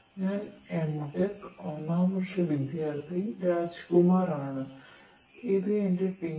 ഞാൻ എം